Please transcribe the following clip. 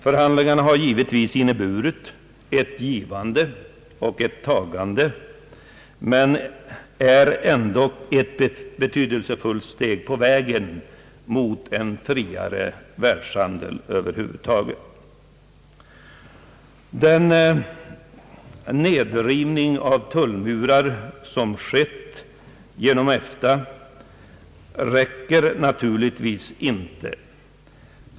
Förhandlingarna har naturligtvis inneburit ett givande och ett tagande, och resultatet är ett betydelsefullt steg på vägen mot en friare världshandel. Den nedrivning av tullmurar som skett inom EFTA räcker naturligtvis inte.